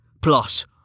Plus